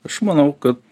aš manau kad